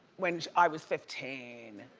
when i was fifteen.